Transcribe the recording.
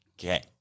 okay